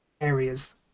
areas